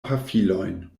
pafilojn